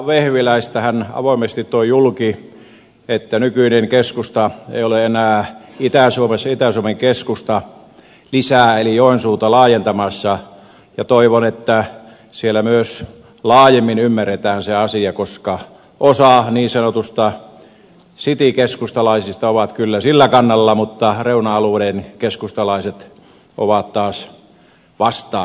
hän avoimesti toi julki että nykyinen keskusta ei ole enää itä suomen keskusta eli joensuuta lisää laajentamassa ja toivon että siellä myös laajemmin ymmärretään se asia koska osa niin sanotuista citykeskustalaisista ovat kyllä sillä kannalla mutta reuna alueiden keskustalaiset ovat taas vastaan näitä liitoksia